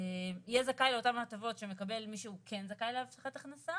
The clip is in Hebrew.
יהיה זכאי לאותם ההטבות שמקבל מי שהוא כן זכאי להבטחת הכנסה